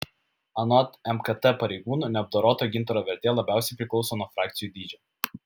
anot mkt pareigūnų neapdoroto gintaro vertė labiausiai priklauso nuo frakcijų dydžio